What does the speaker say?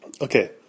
Okay